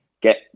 get